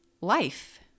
life